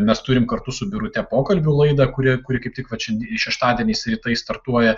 mes turim kartu su birute pokalbių laida kurie kur kaip tik še šeštadieniais rytais startuoja